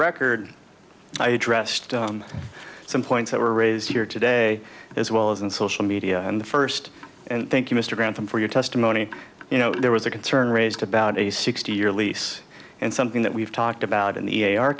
record i addressed some points that were raised here today as well as in social media and the first and thank you mr grantham for your testimony you know there was a concern raised about a sixty year lease and something that we've talked about in the